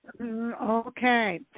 Okay